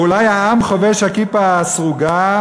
או אולי העם חובש הכיפה הסרוגה,